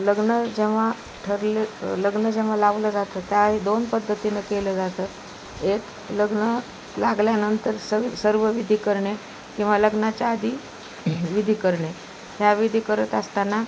लग्न जेव्हा ठरले लग्न जेव्हा लावलं जातं त्याही दोन पद्धतीनं केलं जातं एक लग्न लागल्यानंतर सर्व सर्व विधी करणे किंवा लग्नाच्या आधी विधी करणे ह्या विधी करत असताना